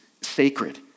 sacred